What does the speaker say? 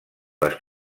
les